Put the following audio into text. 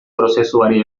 prozesuari